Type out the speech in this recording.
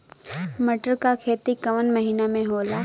मटर क खेती कवन महिना मे होला?